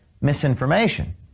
misinformation